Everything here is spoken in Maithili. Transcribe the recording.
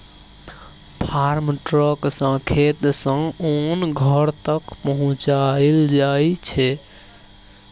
फार्म ट्रक सँ खेत सँ ओन घर तक पहुँचाएल जाइ छै